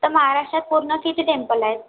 तर महाराष्ट्रात पूर्ण किती टेम्पल आहेत